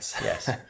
Yes